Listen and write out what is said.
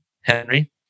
Henry